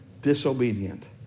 disobedient